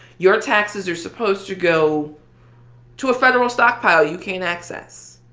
your taxes are supposed to go to a federal stockpile you can't access,